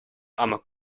amok